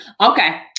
Okay